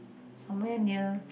somewhere near